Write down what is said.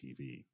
tv